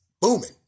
booming